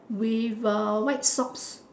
with a white socks